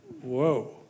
Whoa